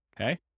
okay